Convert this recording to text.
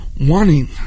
wanting